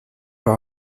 but